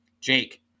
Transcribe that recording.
Jake